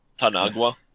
Tanagua